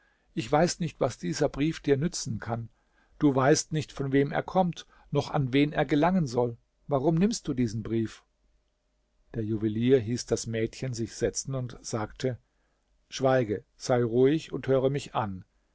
ich weiß nicht was dieser brief dir nützen kann du weißt nicht von wem er kommt noch an wen er gelangen soll warum nimmst du diesen brief der juwelier hieß das mädchen sich setzen und sagte schweige sei ruhig und höre mich an